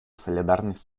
солидарность